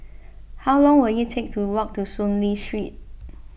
how long will it take to walk to Soon Lee Street